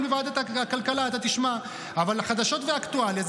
אחרי, של אחת הפלטפורמות.